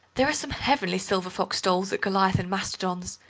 there are some heavenly silver-fox stoles at goliath and mastodon's,